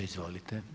Izvolite.